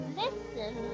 listen